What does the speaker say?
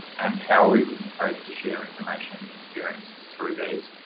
and how are we encouraged to share information, experiences through these?